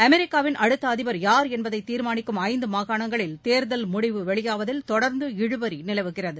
அமெரிக்காவின் அடுத்த அதிபர் யார் என்பதை தீர்மானிக்கும் ஐந்து மாகாணங்களில் தேர்தல் முடிவு வெளியாவதில் தொடர்ந்து இழுபறி நிலவுகிறது